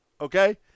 Okay